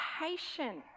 patient